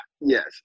Yes